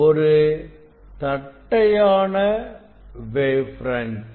ஒரு தட்டையான wave front